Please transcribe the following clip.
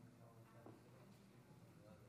חברות וחברי הכנסת, אכן, עוד